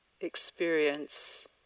experience